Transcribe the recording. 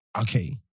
Okay